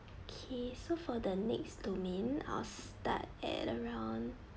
okay so for the next domain I'll start at around